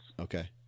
Okay